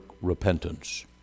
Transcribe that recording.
repentance